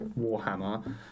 Warhammer